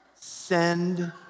send